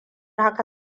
haka